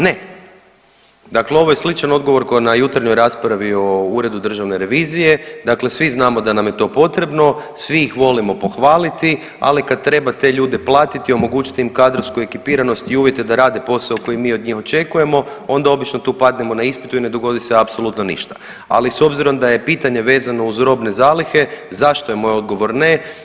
Ne, dakle ovo je sličan odgovor kao na jutarnjoj raspravi o Uredu državne revizije, dakle svi znamo da nam je to potrebno, svih ih volimo pohvaliti, ali kad treba te ljude platiti i omogućiti im kadrovsku ekipiranost i uvjete za rade posao koji mi od njih očekujemo, onda obično tu padnemo na ispitu i ne dogodi se apsolutno ništa, ali s obzirom da je pitanje vezano uz robne zalihe, zašto je moj odgovor ne?